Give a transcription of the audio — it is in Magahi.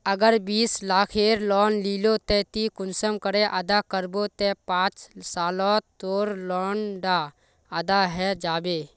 अगर बीस लाखेर लोन लिलो ते ती कुंसम करे अदा करबो ते पाँच सालोत तोर लोन डा अदा है जाबे?